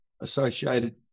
associated